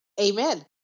Amen